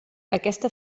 aquesta